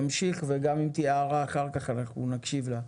נמשיך וגם אם תהיה הערה אחר כך אנחנו נקשיב לה.